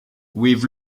with